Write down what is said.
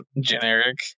generic